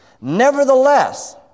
Nevertheless